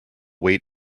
wait